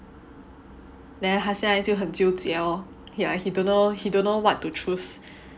then 他现在就很纠结 lor yeah he don't know he don't know what to choose